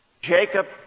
Jacob